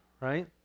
right